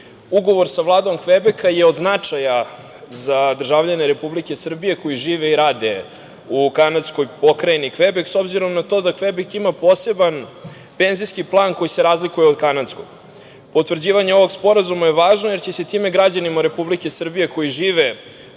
bilja. Ugovor sa Vladom Kvebeka je od značaja za državljane Republike Srbije koji žive i rade u kanadskoj pokrajini Kvebek s obzirom na to da Kvebek ima poseban penzijski plan koji se razlikuje od kanadskog. Potvrđivanje ovog sporazuma je važno jer će se time građanima Republike Srbije koji žive